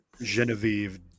Genevieve